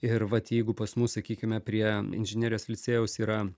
ir vat jeigu pas mus sakykime prie inžinerijos licėjaus yra